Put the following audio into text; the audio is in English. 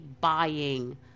buying